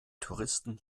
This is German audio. touristen